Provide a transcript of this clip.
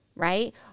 right